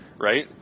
right